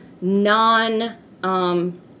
non